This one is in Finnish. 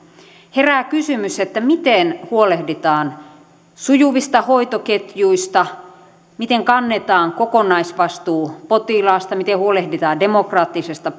herää kysymys miten huolehditaan sujuvista hoitoketjuista miten kannetaan kokonaisvastuu potilaasta miten huolehditaan demokraattisesta